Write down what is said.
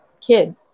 kid